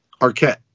Arquette